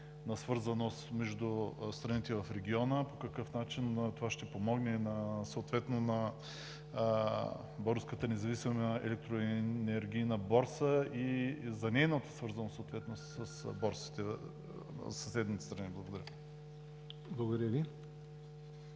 на свързаност между страните в региона и по какъв начин това ще помогне съответно на Българската независима електроенергийна борса за нейната свързаност с борсите на съседните страни? Благодаря. ПРЕДСЕДАТЕЛ